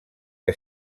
que